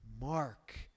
Mark